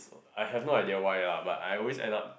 I have no idea why lah but I always end up